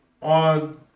on